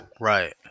Right